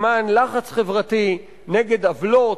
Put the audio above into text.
למען לחץ חברתי נגד עוולות,